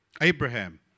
Abraham